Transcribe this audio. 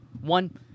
one